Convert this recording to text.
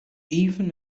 even